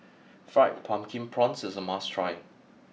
Fried Pumpkin Prawns is a must try